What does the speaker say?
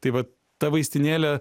tai vat ta vaistinėlė